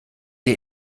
der